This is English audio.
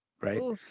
right